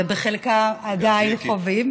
שעדיין חווים,